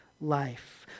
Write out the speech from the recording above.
life